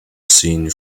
scene